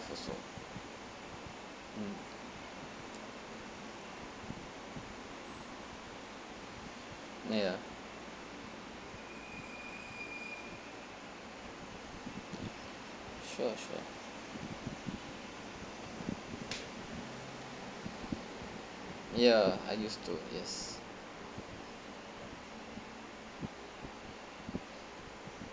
also mm ah ya sure sure ya I used to yes